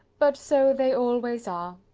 but so they always are.